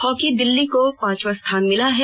hockey Delhi को पांचवां स्थान मिला है